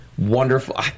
Wonderful